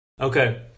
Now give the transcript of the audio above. okay